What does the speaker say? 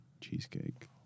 cheesecake